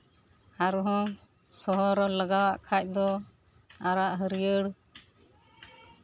ᱟᱨᱦᱚᱸ ᱥᱚᱦᱚᱨᱚᱜ ᱞᱟᱜᱟᱣ ᱟᱜ ᱠᱷᱟᱱ ᱫᱚ ᱟᱨᱟᱜ ᱦᱟᱹᱨᱭᱟᱹᱲ